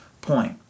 point